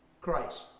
Christ